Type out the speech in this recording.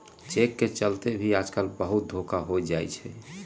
cheque के चलते भी आजकल बहुते धोखा हो जाई छई